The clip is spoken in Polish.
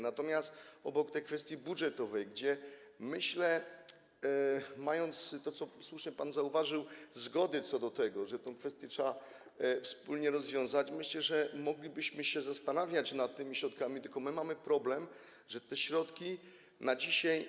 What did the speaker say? Natomiast obok tej kwestii budżetowej, gdzie mamy, co słusznie pan zauważył, zgodę co do tego, że tę kwestię trzeba wspólnie rozwiązać, myślę, że moglibyśmy się zastanawiać nad tymi środkami, tylko my mamy problem, że te środki na dzisiaj.